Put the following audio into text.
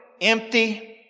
empty